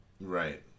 Right